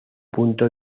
punto